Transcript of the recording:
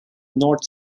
north